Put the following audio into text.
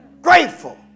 Grateful